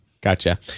Gotcha